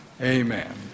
amen